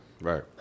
Right